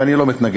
ואני לא מתנגד,